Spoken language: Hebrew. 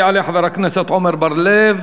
יעלה חבר הכנסת עמר בר-לב,